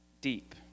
Deep